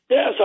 Yes